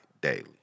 daily